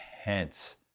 intense